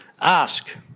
ask